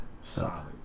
Solid